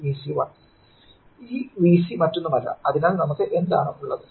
ഈ Vc മറ്റൊന്നുമല്ല അതിനാൽ നമുക്ക് എന്താണ് ഉള്ളത്